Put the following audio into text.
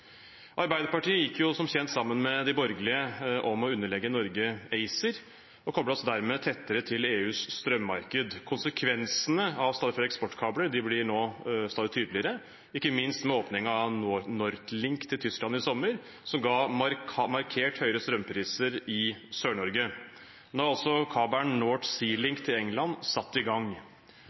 Arbeiderpartiet gikk som kjent sammen med de borgerlige om å underlegge Norge ACER og koblet oss dermed tettere til EUs strømmarked. Konsekvensene av stadig flere eksportkabler blir nå stadig tydeligere, ikke minst med åpningen av North Link til Tyskland i sommer som ga markert høyere strømpriser i Sør-Norge. Nå er også kabelen North Sea Link til England satt i gang.